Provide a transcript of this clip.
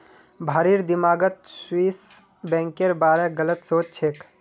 भारिर दिमागत स्विस बैंकेर बारे गलत सोच छेक